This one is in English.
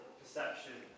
perception